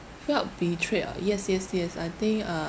felt betrayed ah yes yes yes I think uh